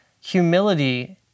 humility